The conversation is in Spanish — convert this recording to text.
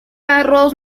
arroz